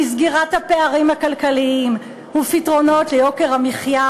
לסגירת הפערים הכלכליים ולפתרונות ליוקר המחיה,